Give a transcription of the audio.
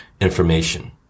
information